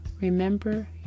Remember